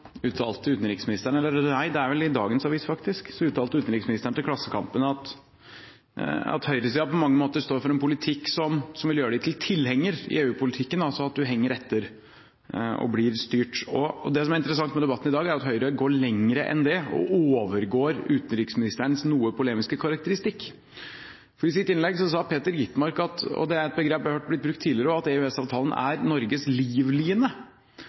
dagens Klassekampen uttalte utenriksministeren at høyresiden på mange måter står for en politikk som vil gjøre den til tilhenger i EU-politikken, altså at du henger etter og blir styrt. Det som er interessant med debatten i dag, er at Høyre går lenger enn det og overgår utenriksministerens noe polemiske karakteristikk. For i sitt innlegg sa representanten Peter Skovholt Gitmark at – og det er et begrep jeg har hørt blitt brukt tidligere – EØS-avtalen er Norges livline.